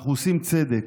אנחנו עושים צדק,